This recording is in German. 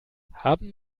haben